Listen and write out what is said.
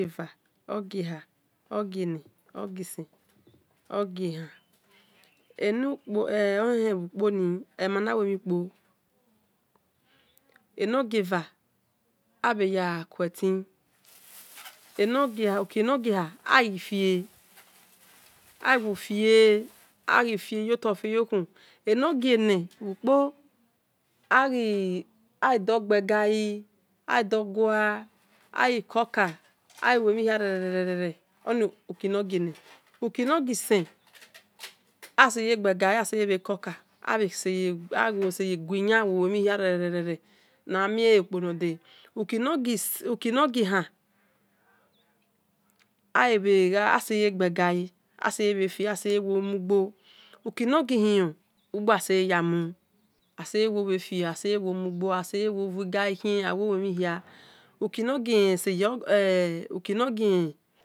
Ogie va ogie har ogie ne ogi sen ogie han ohehen bhi kponi oe ma ya lue emhiu kpo enogieva abheya kue tin enogieha uki nor gie heu aghifie awofie enogie ne bhu kko oghi do gbe gai aghi gua aghi koka aghi lue mhi hia rerere oni uki nor gie ner ner uki nor gi sen aseye gbegai aseye koka abhe abhe seyi gui yan luemhi hiare-re-re namiele bhu kponode uki no gie han bhe mugbo uki nor gi hion ugbo aseyi yamu aseye fie aseye mugbo aseye fuigai